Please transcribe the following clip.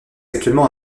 actuellement